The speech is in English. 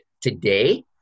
today